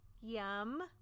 Yum